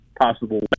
possible